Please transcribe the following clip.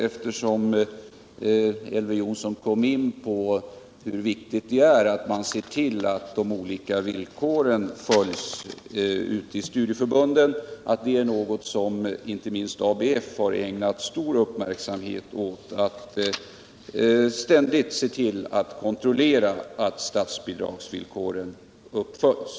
Eftersom Elver Jonsson kom in på hur viktigt det är att man ser till att de olika bestämmelserna följs av studieförbunden vill jag också säga att inte minst ABF ägnat stor uppmärksamhet åt att kontrollera att statsbidragsvillkoren uppfylls.